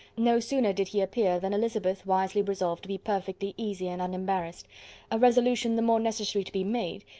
no sooner did he appear than elizabeth wisely resolved to be perfectly easy and unembarrassed a resolution the more necessary to be made,